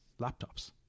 laptops